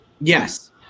Yes